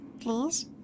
Please